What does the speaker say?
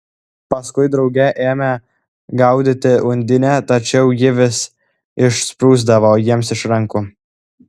paskui drauge ėmė gaudyti undinę tačiau ji vis išsprūsdavo jiems iš rankų